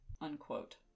unquote